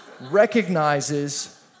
recognizes